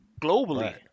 globally